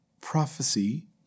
prophecy